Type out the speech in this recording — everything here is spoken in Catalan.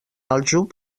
aljub